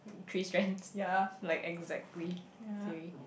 three strands like exactly three